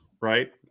right